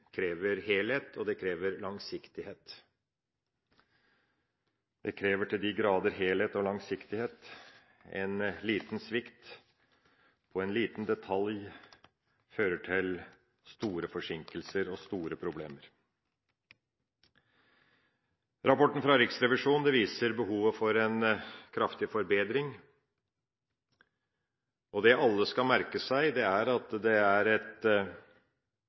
krever helhet, og det krever langsiktighet. Det krever til de grader helhet og langsiktighet. En liten svikt og en liten detalj fører til store forsinkelser og store problemer. Rapporten fra Riksrevisjonen viser behovet for en kraftig forbedring. Det alle skal merke seg, er at det er et